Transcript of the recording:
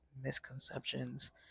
misconceptions